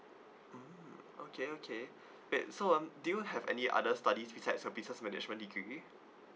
mm okay okay great so um do you have any other studies besides uh business management degree